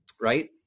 right